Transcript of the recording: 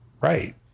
right